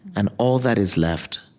and all that is left